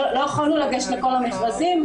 לא יכולנו לגשת לכל המכרזים,